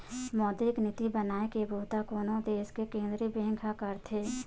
मौद्रिक नीति बनाए के बूता कोनो देस के केंद्रीय बेंक ह करथे